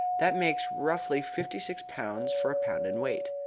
that makes, roughly, fifty-six pounds for a pound in weight.